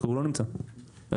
היא